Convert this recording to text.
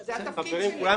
זה התפקיד שלי.